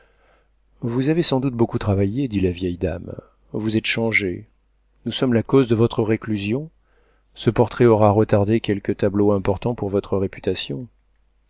vous avez sans doute beaucoup travaillé dit la vieille dame vous êtes changé nous sommes la cause de votre réclusion ce portrait aura retardé quelques tableaux importants pour votre réputation